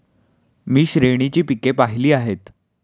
मी श्रेणीची पिके पाहिली आहेत